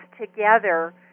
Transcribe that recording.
together